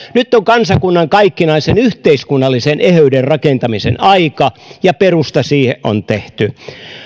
nyt on kansakunnan kaikkinaisen yhteiskunnallisen eheyden rakentamisen aika ja perusta siihen on tehty